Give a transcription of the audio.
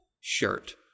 shirt